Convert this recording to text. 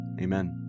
Amen